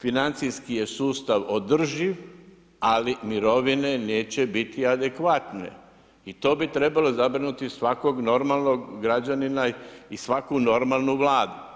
financijski je sustav održiv, ali mirovine neće biti adekvatne i to bi trebalo zabrinuti svakog normalnog građanina i svaku normalnu Vladu.